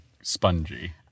spongy